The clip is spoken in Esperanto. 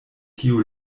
tiu